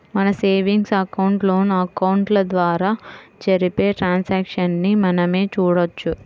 మన savings account, loan అకౌంట్ల ద్వారా జరిపే ట్రాన్సాక్షన్స్ ని మనమే చూడొచ్చు